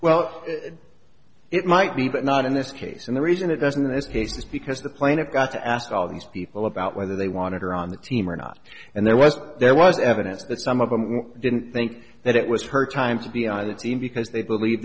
well it might be but not in this case and the reason it doesn't this case is because the plaintiff got asked all these people about whether they wanted her on the team or not and there was there was evidence that some of them didn't think that it was her time to be on the scene because they believe